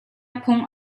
phung